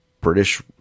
British